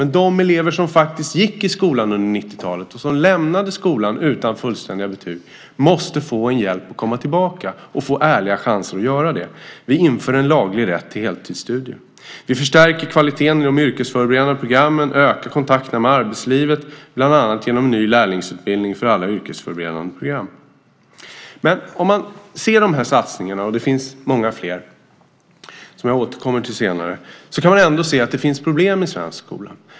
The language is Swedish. Men de elever som gick i skolan på 1990-talet och som lämnade skolan utan fullständiga betyg måste få hjälp att komma tillbaka, få en ärlig chans att göra det. Vi inför en laglig rätt till heltidsstudier. Vi förstärker kvaliteten i de yrkesförberedande programmen och ökar kontakterna med arbetslivet, bland annat genom en ny lärlingsutbildning för alla yrkesförberedande program. Trots alla de här satsningarna - det finns många fler som jag senare kommer till - kan man se att det finns problem i den svenska skolan.